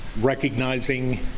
Recognizing